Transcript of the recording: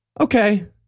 okay